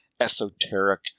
esoteric